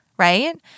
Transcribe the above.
Right